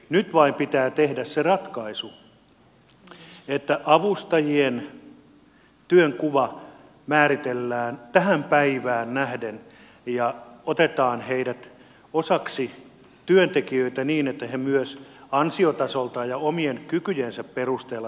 nyt vain pitää tehdä se ratkaisu että avustajien työnkuva määritellään tähän päivään nähden ja otetaan heidät osaksi työntekijöitä niin että he myös ansiotasoltaan ja omien kykyjensä perusteella saavat palkkaa